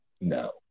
no